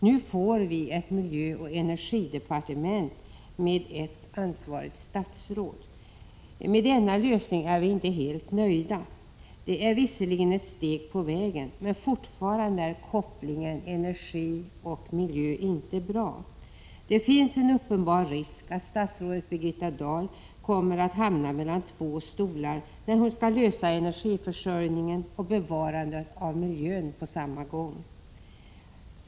Nu får vi ett miljöoch energidepartement med ett ansvarigt statsråd. Med denna lösning är vi inte helt nöjda. Det är visserligen ett steg på vägen, men fortfarande är kopplingen mellan energi och miljö inte bra. Det finns en uppenbar risk att statsrådet Birgitta Dahl hamnar mellan två stolar, när hon skall vara ansvarig i fråga om både energiförsörjningen och bevarandet av miljön på samma gång.